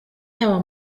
yaba